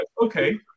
Okay